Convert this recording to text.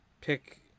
pick